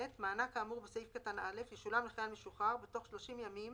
(ב)מענק כאמור בסעיף קטן (א) ישולם לחייל משוחרר בתוך 30 ימים